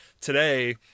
today